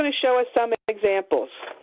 and show us some examples.